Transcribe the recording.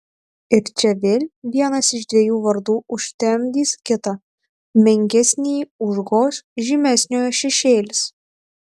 ir čia vėl vienas iš dviejų vardų užtemdys kitą menkesnįjį užgoš žymesniojo šešėlis